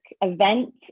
event